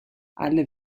alle